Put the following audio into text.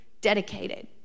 dedicated